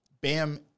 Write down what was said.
Bam